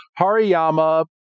Hariyama